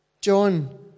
John